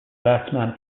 batsman